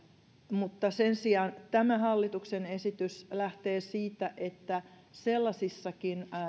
mutta sen sijaan tämä hallituksen esitys lähtee siitä että sellaisissakin